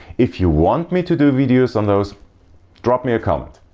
if you want me to do videos on those drop me a comment.